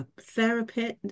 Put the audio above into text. therapist